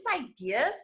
ideas